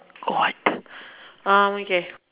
what um okay